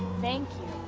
thank